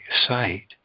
sight